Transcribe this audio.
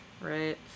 right